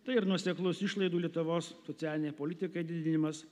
tai ir nuoseklus išlaidų lietuvos socialinei politikai didinimas